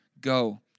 Go